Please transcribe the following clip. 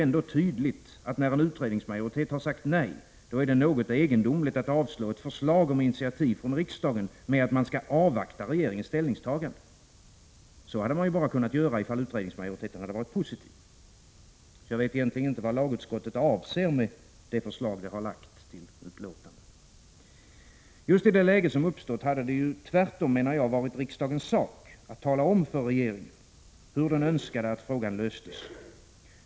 När en utredningsmajoritet har sagt nej, då är det något egendomligt att avstyrka ett förslag om initiativ från riksdagen med att man skall avvakta regeringens ställningstagande. Så hade man bara kunnat göra om utredningsmajoriteten hade varit positiv. Jag vet därför egentligen inte vad lagutskottet avser med det utlåtande det har avgivit. Just i det läge som uppstått hade det tvärtom, menar jag, varit riksdagens sak att tala om för regeringen hur den önskade att frågan löstes.